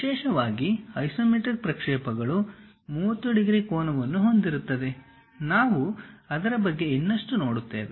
ವಿಶೇಷವಾಗಿ ಐಸೊಮೆಟ್ರಿಕ್ ಪ್ರಕ್ಷೇಪಗಳು 30 ಡಿಗ್ರಿ ಕೋನವನ್ನು ಹೊಂದಿರುತ್ತದೆ ನಾವು ಅದರ ಬಗ್ಗೆ ಇನ್ನಷ್ಟು ನೋಡುತ್ತೇವೆ